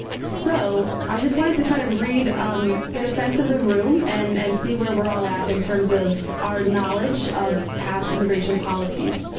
so i just wanted wanted to kind of read um get a sense of the room, and and see where we're all at in terms of our knowledge of past immigration policies.